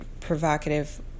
provocative